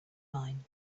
mine